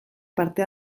parte